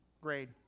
grade